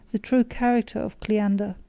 the true character of cleander.